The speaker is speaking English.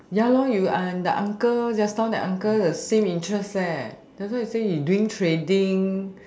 ya you are in the uncle just now that uncle the same interest just now you say you doing trading